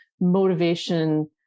motivation